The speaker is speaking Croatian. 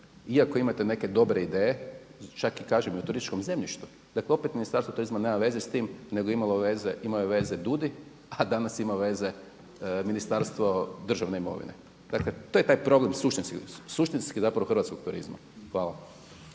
iako imate neke dobre ideje čak i kažem i u turističkom zemljištu. Dakle, opet Ministarstvo turizma nema veze s tim nego imaju veze dudi, a danas ima veze Ministarstvo državne imovine. Dakle, to je taj problem suštinski zapravo Hrvatskog turizma. Hvala.